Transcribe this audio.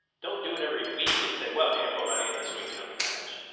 don't do it every week and say, well, if you didn't put money in this week, you don't get a match.